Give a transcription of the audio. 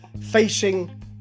facing